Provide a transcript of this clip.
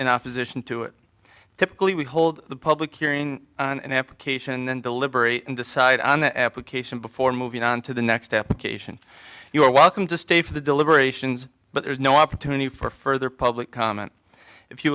in opposition to it typically we hold the public hearing and application and deliberate and decide on the application before moving on to the next step occasion you are welcome to stay for the deliberations but there is no opportunity for further public comment if you